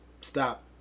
stop